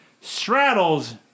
straddles